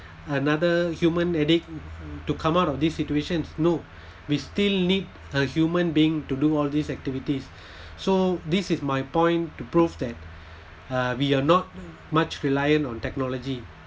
another human addict to come out of this situations no we still need a human being to do all these activities so this is my point to prove that uh we are not much reliant on technology